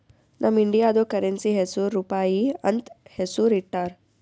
ನಮ್ ಇಂಡಿಯಾದು ಕರೆನ್ಸಿ ಹೆಸುರ್ ರೂಪಾಯಿ ಅಂತ್ ಹೆಸುರ್ ಇಟ್ಟಾರ್